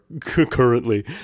currently